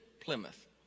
Plymouth